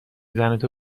زنتو